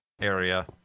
area